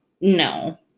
No